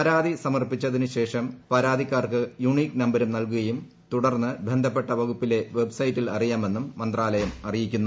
പരാതി സമർപ്പിച്ചതിന് ശേഷം പരാതിക്കാർക്ക് യുണിക് നമ്പരും നൽകുകയും തുടർന്ന് ബന്ധപ്പെട്ട വകുപ്പിലെ വെബ്സൈറ്റിൽ അറിയാമെന്നും മന്ത്രാലയം അറിയിക്കുന്നു